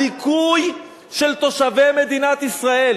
הדיכוי של תושבי מדינת ישראל,